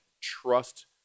trust